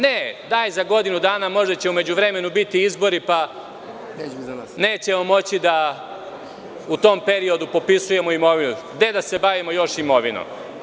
Ne, daj za godinu dana, možda će u međuvremenu biti izbori pa nećemo moći da u tom periodu popisujemo imovinu, gde da se bavimo još imovinom.